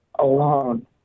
alone